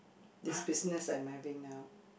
this business I'm having now